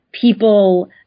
People